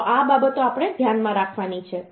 તો આ બાબતો આપણે ધ્યાનમાં રાખવાની છે